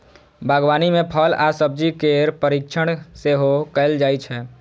बागवानी मे फल आ सब्जी केर परीरक्षण सेहो कैल जाइ छै